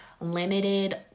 limited